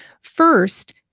First